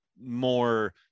more